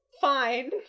Fine